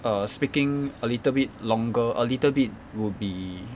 err speaking a little bit longer a little bit would be